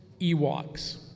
Ewoks